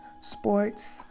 sports